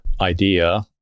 idea